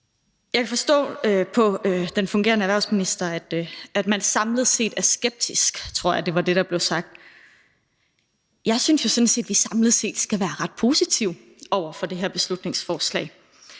Jeg kan forstå på den fungerende erhvervsminister, at man samlet set er skeptisk – jeg tror, det var det, der blev sagt. Jeg synes jo sådan set, at vi samlet set skal være ret positive over for det her beslutningsforslag,